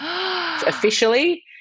Officially